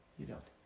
you don't.